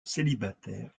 célibataire